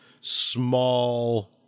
small